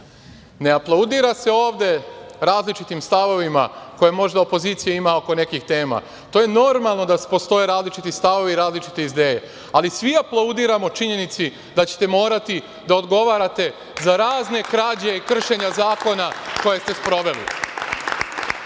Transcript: Ne aplaudira se ovde različitim stavovima koje možda opozicija ima oko nekih tema, to je normalno da postoje različiti stavovi, različite ideje, ali svi aplaudiramo činjenici da ćete morati da odgovarate za razne krađe i kršenje zakona koje ste sproveli. Nemojte